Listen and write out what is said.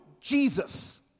Jesus